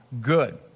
good